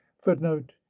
footnote